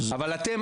אבל אתם,